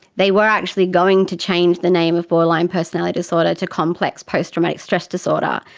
they were actually going to change the name of borderline personality disorder to complex post-traumatic stress disorder.